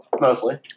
Mostly